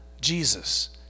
Jesus